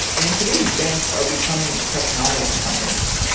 and today's banks are becoming technology companies.